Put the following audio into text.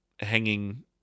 hanging